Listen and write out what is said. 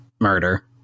murder